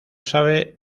sabe